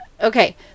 okay